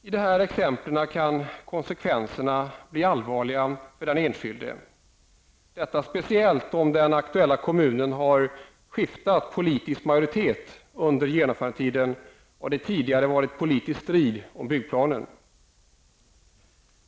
I de här exemplen kan konsekvenserna bli allvarliga för den enskilde, speciellt om den aktuella kommunen har skiftat politisk majoritet under genomförandetiden och det tidigare varit politisk strid om byggplanen.